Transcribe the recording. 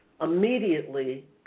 immediately